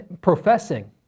professing